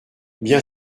bien